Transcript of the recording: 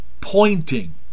pointing